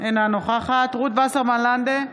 אינה נוכחת רות וסרמן לנדה,